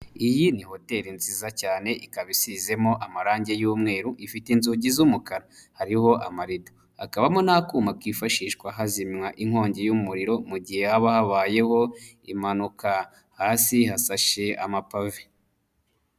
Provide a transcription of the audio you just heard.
Iyi ni hoteli nziza cyane, ikaba isizemo amarangi y'umweru, ifite inzugi z'umukara, hariho amarido, hakabamo n'akuma kifashishwa hazimwa inkongi y'umuriro, mu gihe haba habayeho impanuka, hasi hasashe amapave.